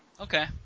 Okay